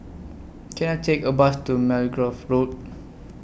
Can I Take A Bus to Margoliouth Road